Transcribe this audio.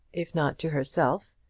if not to herself,